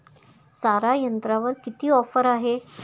सारा यंत्रावर किती ऑफर आहे?